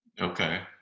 Okay